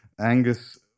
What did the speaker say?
Angus